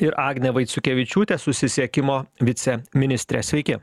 ir agnė vaiciukevičiūtė susisiekimo viceministre sveiki